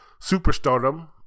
superstardom